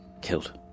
killed